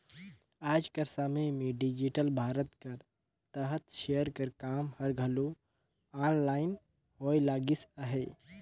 आएज कर समे में डिजिटल भारत कर तहत सेयर कर काम हर घलो आनलाईन होए लगिस अहे